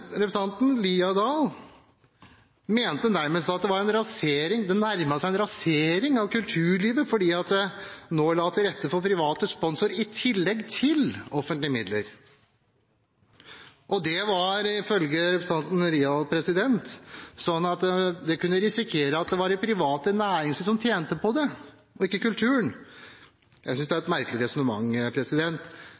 representanten, Haukeland Liadal, mente nærmest at det var en rasering – det nærmet seg en rasering av kulturlivet – fordi en nå la til rette for private sponsorer, i tillegg til offentlige midler. Man kunne, ifølge representanten Haukeland Liadal, risikere at det var det private næringsliv som tjente på det, og ikke kulturen. Jeg synes det er